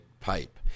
pipe